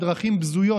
בדרכים בזויות,